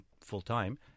full-time